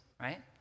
right